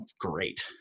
great